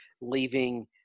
leaving